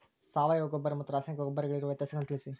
ಸಾವಯವ ಗೊಬ್ಬರ ಮತ್ತು ರಾಸಾಯನಿಕ ಗೊಬ್ಬರಗಳಿಗಿರುವ ವ್ಯತ್ಯಾಸಗಳನ್ನು ತಿಳಿಸಿ?